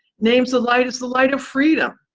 names the light as the light of freedom,